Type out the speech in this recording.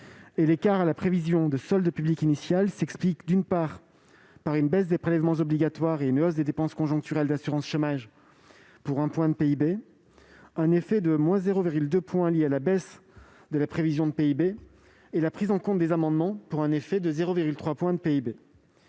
par rapport à la prévision de solde public initiale s'explique par une baisse des prélèvements obligatoires, par une hausse des dépenses conjoncturelles d'assurance chômage pour un point de PIB, un effet de-0,2 point lié à la baisse de la prévision de PIB, et par la prise en compte des amendements pour un effet de 0,3 point de PIB.